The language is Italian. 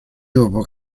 dopo